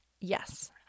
Yes